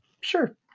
sure